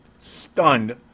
stunned